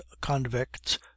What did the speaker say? convicts